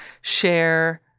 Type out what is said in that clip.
share